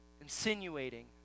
insinuating